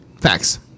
Facts